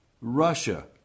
Russia